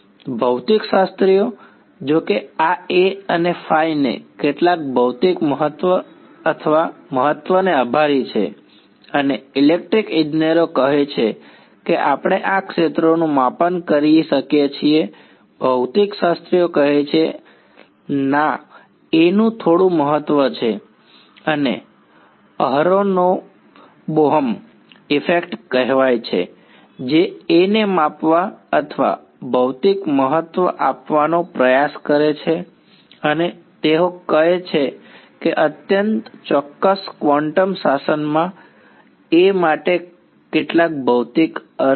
ભૌતિકશાસ્ત્રીઓ જો કે આ A અને ને કેટલાક ભૌતિક મહત્વ અથવા મહત્વને આભારી છે અને ઇલેક્ટ્રીકલ ઇજનેરો કહે છે કે આપણે આપણા ક્ષેત્રોનું માપન કરી શકીએ છીએ ભૌતિકશાસ્ત્રીઓ કહે છે કે ના A નું થોડું મહત્વ છે અને અહરોનોવ બોહમ ઇફેક્ટ કહેવાય છે જે A ને માપવા અથવા ભૌતિક મહત્વ આપવાનો પ્રયાસ કરે છે અને તેઓ કહે છે કે કેટલાક અત્યંત ચોક્કસ ક્વોન્ટમ શાસનમાં A માટે કેટલાક ભૌતિક અર્થ છે